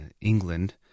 England